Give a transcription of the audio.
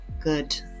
good